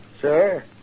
Sir